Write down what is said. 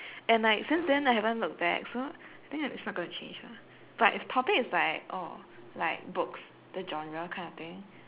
and like since then I haven't looked back so think it's not gonna change lah but if topic is like oh like books the genre kind of thing